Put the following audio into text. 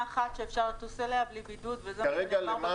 אני לא פותח דיון עכשיו.